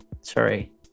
Sorry